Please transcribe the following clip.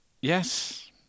Yes